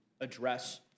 address